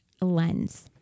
lens